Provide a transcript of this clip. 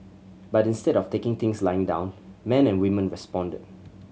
but instead of taking things lying down men and women responded